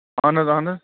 اَہَن حظ اَہَن حظ